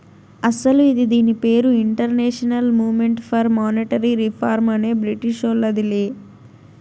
అస్సలు ఇది దీని పేరు international movement for monetary reform అనే బ్రిటీషోల్లదిలే